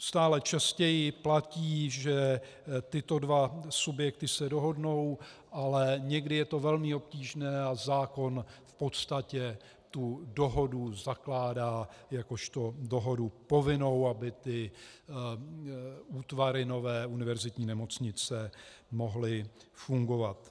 Stále častěji platí, že tyto dva subjekty se dohodnou, ale někdy je to velmi obtížné a zákon v podstatě tu dohodu zakládá jakožto dohodu povinnou, aby ty nové útvary univerzitní nemocnice mohly fungovat.